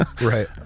Right